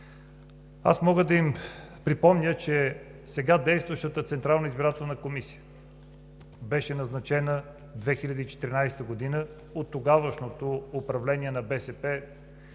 Мога да им припомня, че сега действащата Централна избирателна комисия беше назначена през 2014 г. от тогавашното управление на БСП